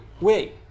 wait